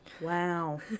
Wow